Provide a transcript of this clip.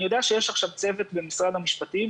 אני יודע שיש עכשיו צוות במשרד המשפטים